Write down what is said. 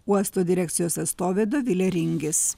uosto direkcijos atstovė dovilė ringis